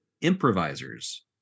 improvisers